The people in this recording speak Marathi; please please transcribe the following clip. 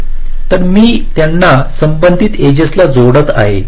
तर मी त्यांना संबंधित एजेस ला जोडत आहे